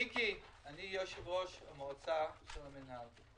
אני יושב-ראש מועצת המינהל.